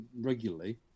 regularly